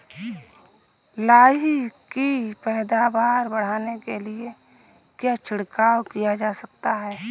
लाही की पैदावार बढ़ाने के लिए क्या छिड़काव किया जा सकता है?